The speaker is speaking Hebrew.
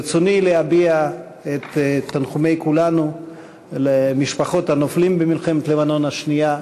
ברצוני להביע את תנחומי כולנו למשפחת הנופלים במלחמת לבנון השנייה,